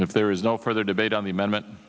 and if there is no further debate on the amendment